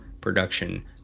production